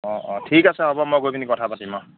অঁ অঁ ঠিক আছে হ'ব মই গৈ পিনি কথা পাতিম অঁ